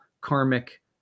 karmic